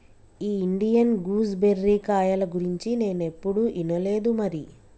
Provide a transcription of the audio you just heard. ఈ Indian gooseberry కాయల గురించి నేనేప్పుడు ఇనలేదు మరి